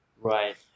Right